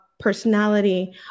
personality